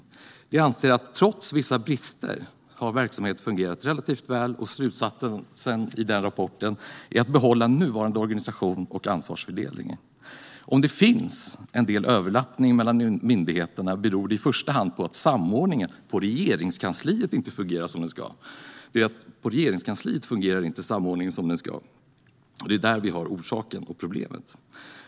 Statskontoret anser att trots vissa brister har verksamheterna fungerat relativt väl, och slutsatsen i rapporten är att man ska behålla nuvarande organisation och ansvarsfördelning. Om det finns en del överlappningar mellan myndigheterna beror det i första hand på att samordningen på Regeringskansliet inte fungerar som den ska. Det är det som är orsaken till problemet.